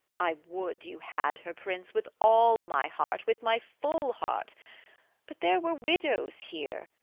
i would you had her, prince, with all my heart, with my full heart but there were widows here,